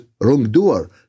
wrongdoer